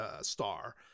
star